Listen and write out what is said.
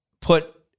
put